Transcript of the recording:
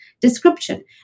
description